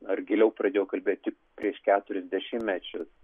ar giliau pradėjo kalbėti prieš keturis dešimtmečius